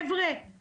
חבר'ה,